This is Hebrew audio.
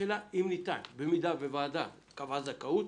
השאלה היא האם ניתן במידה והוועדה קבעה זכאות